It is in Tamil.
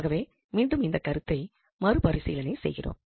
ஆகவே மீண்டும் இந்தக்கருத்தை மறுபரிசீலனை செய்கிறோம்